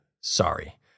Sorry